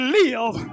live